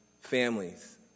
families